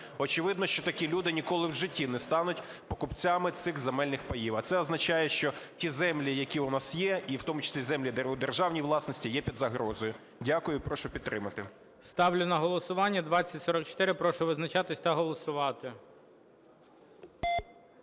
очевидно, що такі люди ніколи в житті не стануть покупцями цих земельних паїв. А це означає, що ті землі, які у нас є, і в тому числі землі у державній власності, є під загрозою. Дякую і прошу підтримати. ГОЛОВУЮЧИЙ. Ставлю на голосування 2044. Прошу визначатись та голосувати.